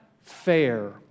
fair